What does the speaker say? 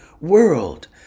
world